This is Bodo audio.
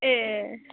ए